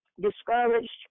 discouraged